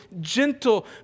gentle